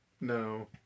No